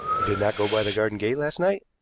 you did not go by the garden gate last night?